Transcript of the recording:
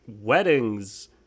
weddings